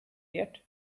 yet